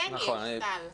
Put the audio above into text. כן יש סל.